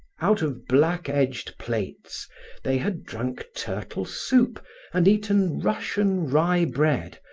out of black-edged plates they had drunk turtle soup and eaten russian rye bread,